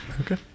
Okay